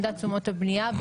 מדד תשומות הבנייה,